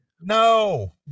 No